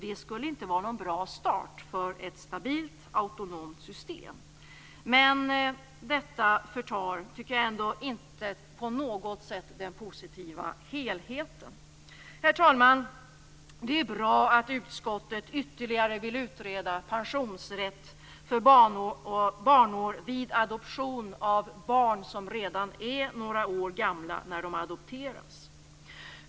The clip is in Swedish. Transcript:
Det skulle inte vara en bra start för ett stabilt, autonomt system. Men detta förtar inte den positiva helheten. Herr talman! Det är bra att utskottet ytterligare vill utreda pensionsrätt för barnår vid adoption av barn som redan är några år gamla när de adopteras.